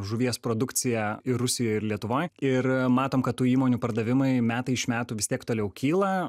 žuvies produkcija ir rusijoj ir lietuvoj ir matom kad tų įmonių pardavimai metai iš metų vis tiek toliau kyla